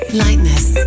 lightness